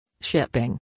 shipping